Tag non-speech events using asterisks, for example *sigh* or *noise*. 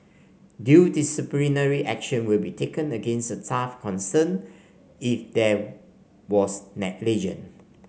due disciplinary action will be taken against the staff concerned if there was *unintelligible*